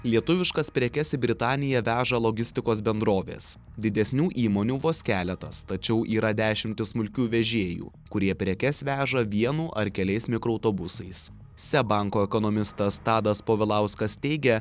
lietuviškas prekes į britaniją veža logistikos bendrovės didesnių įmonių vos keletas tačiau yra dešimtys smulkių vežėjų kurie prekes veža vienu ar keliais mikroautobusais seb banko ekonomistas tadas povilauskas teigia